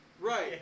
right